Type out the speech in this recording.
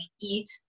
eat